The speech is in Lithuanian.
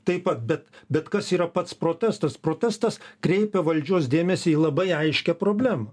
taip pat bet bet kas yra pats protestas protestas kreipia valdžios dėmesį į labai aiškią problemą